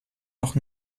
noch